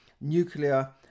nuclear